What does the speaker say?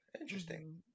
Interesting